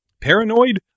Paranoid